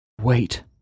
Wait